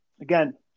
Again